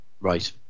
Right